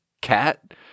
cat